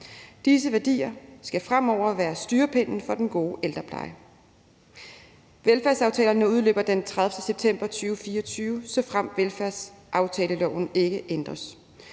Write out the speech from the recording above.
Disse værdier skal fremover være styrepinden for den gode ældrepleje. Velfærdsaftalerne udløber den 30. september 2024, såfremt velfærdsaftaleloven ikke ændres,